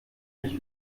mich